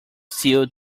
steel